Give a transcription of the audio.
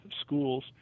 schools